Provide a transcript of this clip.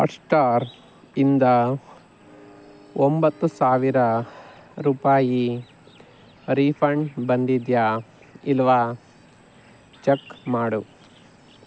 ಆಟ್ star ಇಂದ ಒಂಬತ್ತು ಸಾವಿರ ರೂಪಾಯಿ ರೀಫಂಡ್ ಬಂದಿದೆಯಾ ಇಲ್ವ ಚೆಕ್ ಮಾಡು